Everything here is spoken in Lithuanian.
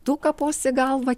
tu kaposi galvą